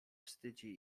wstydzi